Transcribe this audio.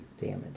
damage